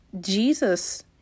Jesus